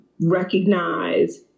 recognize